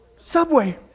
Subway